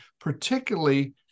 Particularly